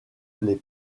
les